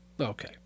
Okay